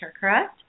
correct